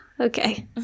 Okay